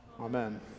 Amen